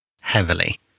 heavily